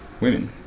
women